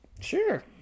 Sure